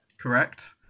Correct